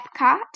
Epcot